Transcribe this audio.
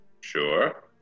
Sure